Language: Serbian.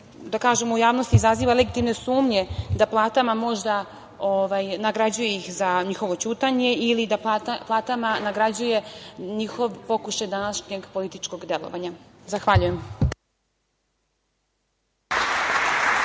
da kažemo, u javnosti izaziva legitimne sumnje da platama možda nagrađuje ih za njihovo ćutanje ili da platama nagrađuje njihov pokušaj današnjeg političkog delovanja. Zahvaljujem.